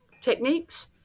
techniques